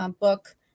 book